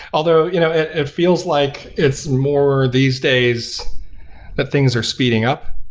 although you know it feels like it's more these days that things are speeding up.